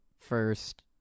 first